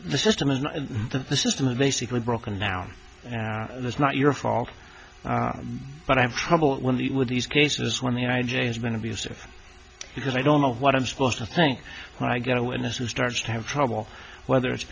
the system of basically broken down it's not your fault but i have trouble with these cases when the i j a has been abusive because i don't know what i'm supposed to think when i get a witness who starts to have trouble whether it's